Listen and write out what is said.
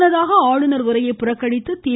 முன்னதாக ஆளுநர் உரையை பறக்கணித்து தி